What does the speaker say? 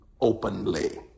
openly